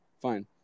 fine